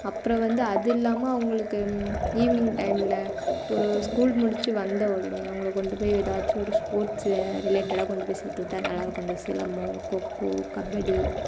அப்புறம் வந்து அது இல்லாமல் அவங்களுக்கு ஈவினிங் டைம்மில் ஒரு ஸ்கூல் முடிச்சு வந்த உடனே அவங்களை கொண்டு போய் எதாச்சும் ஒரு ஸ்போர்ட்ஸில் ரிலேடட்டாக கொண்டு போய் சேர்த்துவுட்டா நல்லா இருக்கும் இந்த சிலம்பம் கொக்கோ கபடி